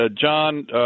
John